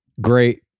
Great